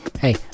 Hey